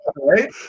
right